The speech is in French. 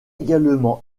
également